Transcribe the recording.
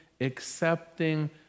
accepting